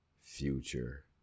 future